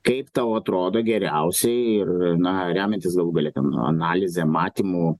kaip tau atrodo geriausiai ir na remiantis galų gale ten analize matymu